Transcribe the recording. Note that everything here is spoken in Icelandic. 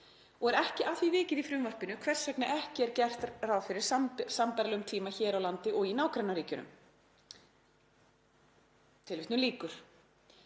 og er ekki að því vikið í frumvarpinu hvers vegna ekki er gert fyrir sambærilegum tíma hér á landi og í nágrannaríkjunum.“ Er